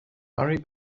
marry